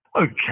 Okay